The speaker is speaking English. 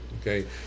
okay